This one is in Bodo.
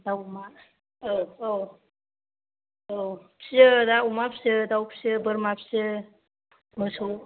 दाउ अमा औ औ औ फिसियो दा अमा फिसियो दाउ फिसियो बोरमा फिसियो मोसौ